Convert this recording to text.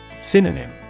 Synonym